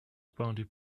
bounty